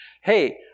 Hey